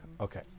Okay